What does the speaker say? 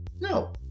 No